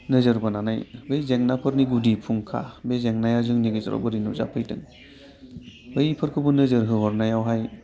नोजोर बोनानै बै जेंनाफोरनि गुदि फुंखा बे जेंनाया जोंनि गेजेराव बोरै नुजाफैदों बैफोरखौबो नोजोर होहरनायावहाय